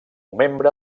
membre